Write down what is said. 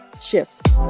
Shift